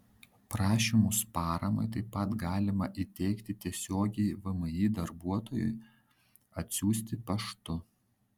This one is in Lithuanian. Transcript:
prašymus paramai taip pat galima įteikti tiesiogiai vmi darbuotojui atsiųsti paštu